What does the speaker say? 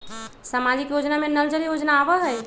सामाजिक योजना में नल जल योजना आवहई?